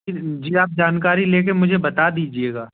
जी आप जानकारी लेकर मुझे बता दीजिएगा